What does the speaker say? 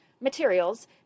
materials